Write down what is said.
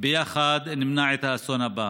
ביחד נמנע את האסון הבא.